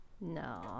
No